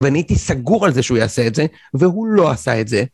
ואני הייתי סגור על זה שהוא יעשה את זה, והוא לא עשה את זה.